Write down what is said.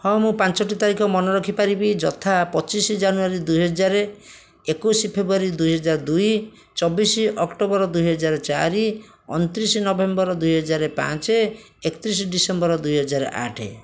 ହଁ ମୁଁ ପାଞ୍ଚଟି ତାରିଖ ମନେରଖିପାରିବି ଯଥା ପଚିଶ ଜାନୁଆରୀ ଦୁଇହଜାର ଏକୋଇଶ ଫେବୃଆରୀ ଦୁଇହଜାର ଦୁଇ ଚବିଶ ଅକ୍ଟୋବର ଦୁଇହଜାର ଚାରି ଅଣତିରିଶ ନଭେମ୍ବର ଦୁଇହଜାର ପାଞ୍ଚ ଏକତିରିଶ ଡିସେମ୍ବର ଦୁଇହଜାର ଆଠ